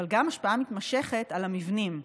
אבל גם השפעה מתמשכת על המבנים,